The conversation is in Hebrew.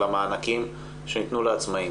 על המענקים שניתנו לעצמאים,